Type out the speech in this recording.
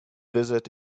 visit